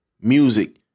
music